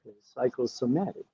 psychosomatic